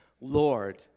Lord